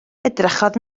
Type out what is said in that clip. edrychodd